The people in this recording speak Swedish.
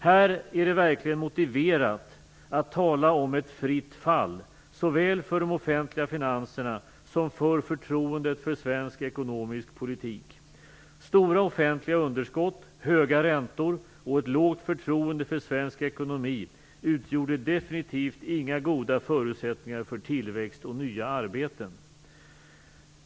Här är det verkligen motiverat att tala om ett fritt fall, såväl för de offentliga finanserna som för förtroendet för svensk ekonomisk politik. Stora offentliga underskott, höga räntor och ett lågt förtroende för svensk ekonomi utgjorde definitivt inga goda förutsättningar för tillväxt och nya arbeten.